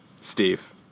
Steve